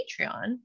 Patreon